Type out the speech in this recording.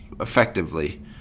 Effectively